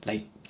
like